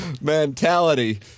Mentality